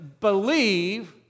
believe